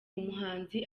umuhanzi